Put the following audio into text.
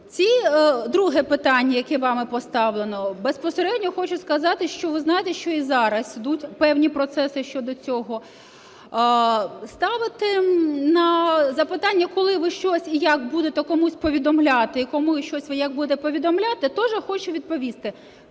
Друге питання, яке вами поставлено. Безпосередньо хочу сказати, що ви знаєте, що і зараз ідуть певні процеси щодо цього. Ставити на запитання, коли ви щось і як будете комусь повідомляти і кому щось, як будете повідомляти, теж хочу відповісти: